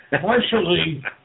partially